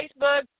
Facebook